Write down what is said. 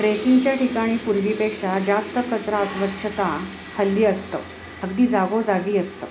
ट्रेकिंगच्या ठिकाणी पूर्वीपेक्षा जास्त कचरा अस्वच्छता हल्ली असतं अगदी जागोजागी असतं